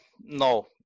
No